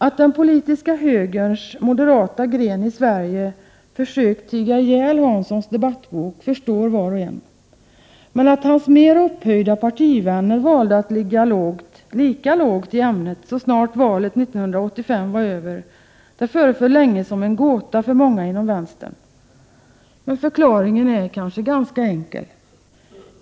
Att den politiska högerns moderata gren i Sverige försökt tiga ihjäl Hanssons debattbok förstår var och en. Men att hans mer upphöjda partivänner valde att ligga lika lågt i ämnet så snart valet 1985 var över, det föreföll länge som en gåta för många inom vänstern. Förklaringen är kanske ganska enkel.